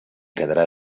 quedarà